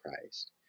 Christ